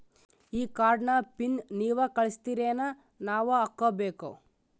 ಈ ಕಾರ್ಡ್ ನ ಪಿನ್ ನೀವ ಕಳಸ್ತಿರೇನ ನಾವಾ ಹಾಕ್ಕೊ ಬೇಕು?